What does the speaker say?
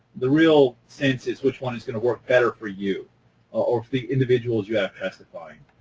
the real sense is which one is going to work better for you or the individuals you have testifying.